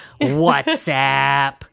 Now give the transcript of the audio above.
WhatsApp—